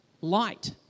light